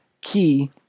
key